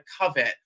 covet